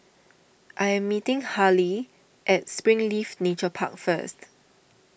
I am meeting Haleigh at Springleaf Nature Park first